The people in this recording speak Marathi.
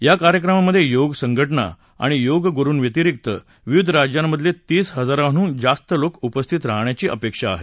या कार्यक्रमामध्ये योग संघटना आणि योगगुरूंव्यतिरिक विविध राज्यांमधले तीस इजारांहून जास्त लोक उपस्थित राहण्याची अपेक्षा आहे